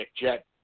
Jet